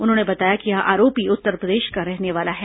उन्होंने बताया कि यह आरोपी उत्तरप्रदेश का रहने वाला है